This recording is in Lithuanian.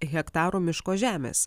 hektarų miško žemės